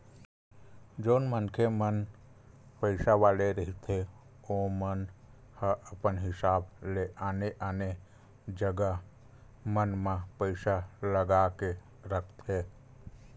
जउन मनखे मन पइसा वाले रहिथे ओमन ह अपन हिसाब ले आने आने जगा मन म पइसा लगा के रखथे